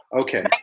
Okay